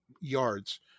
yards